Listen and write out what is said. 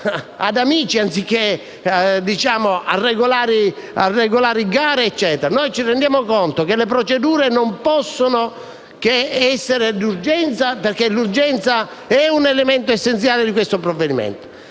regolare procedura di gara. Ci rendiamo conto che le procedure non possono che essere di urgenza, perché l'urgenza è un elemento essenziale di questo provvedimento,